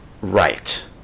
Right